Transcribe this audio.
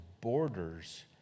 borders